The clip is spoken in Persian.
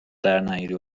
درنیاری